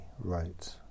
wrote